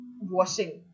washing